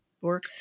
work